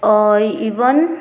even